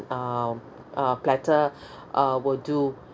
um uh platter uh will do